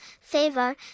favor